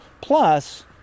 Plus